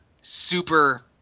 super